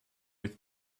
with